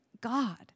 God